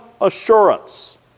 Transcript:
assurance